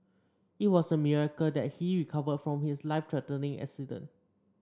it was a miracle that he recovered from his life threatening accident